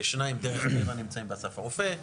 שניים דרך אגב נמצאים באסף הרופא,